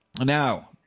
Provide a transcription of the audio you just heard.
Now